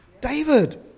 David